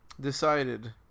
decided